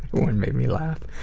one made me laugh.